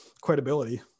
credibility